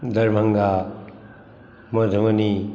Darbhanga Madhubani